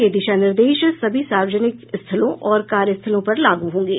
ये दिशा निर्देश सभी सार्वजनिक स्थलों और कार्यस्थलों पर लागू होंगे